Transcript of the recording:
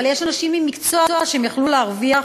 אבל יש אנשים עם מקצוע שיכלו להרוויח